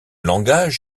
langage